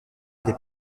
des